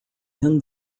end